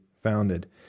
founded